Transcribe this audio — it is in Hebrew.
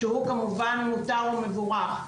שהוא כמובן מותר ומבורך,